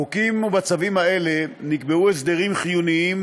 בחוקים ובצווים אלה נקבעו הסדרים חיוניים